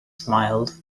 smiled